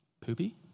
poopy